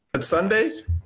Sundays